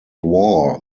war